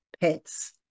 pets